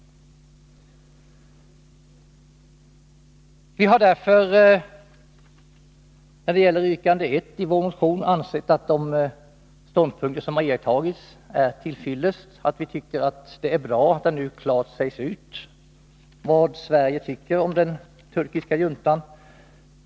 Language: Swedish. Vi har beträffande yrkande 1 i vår motion ansett att de ståndpunkter som har tagits är till fyllest. Vi tycker att det är bra att det nu klart sägs ut vad Sverige tycker om den turkiska juntan.